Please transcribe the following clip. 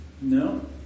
No